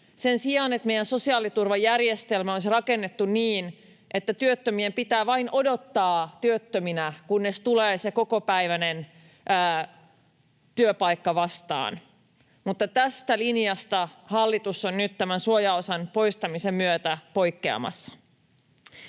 sen sijaan, että meidän sosiaaliturvajärjestelmämme on rakennettu niin, että työttömien pitää vain odottaa työttöminä, kunnes tulee se kokopäiväinen työpaikka vastaan, mutta tästä linjasta hallitus on nyt tämän suojaosan poistamisen myötä poikkeamassa.